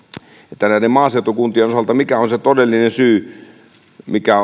että näiden maaseutukuntien osalta se mikä on se todellinen syy mikä